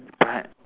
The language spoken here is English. but